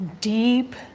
deep